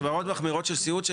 רמות מחמירות של סיעוד,